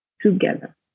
together